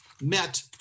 met